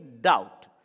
doubt